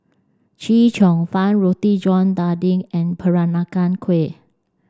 Chee Cheong Fun Roti John daging and Peranakan Kueh